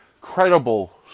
credible